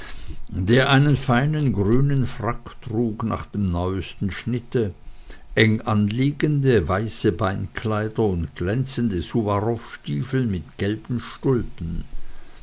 der einen feinen grünen frack trug nach dem neuesten schnitte enganliegende weiße beinkleider und glänzende suwarowstiefeln mit gelben stulpen